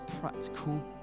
practical